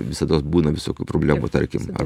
visados būna visokių problemų tarkim ar